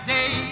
Day